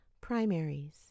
Primaries